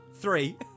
three